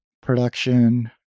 production